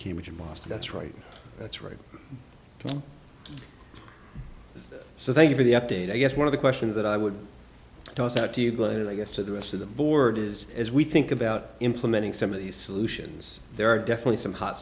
which is boston that's right that's right so thank you for the update i guess one of the questions that i would toss out to you glen and i guess to the rest of the board is as we think about implementing some of these solutions there are definitely some hot